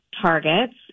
targets